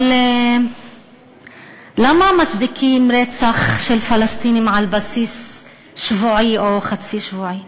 אבל למה מצדיקים רצח של פלסטינים על בסיס שבועי או חצי שבועי?